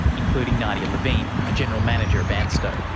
including nadia levine, a general manager of ansto.